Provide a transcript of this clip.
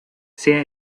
sea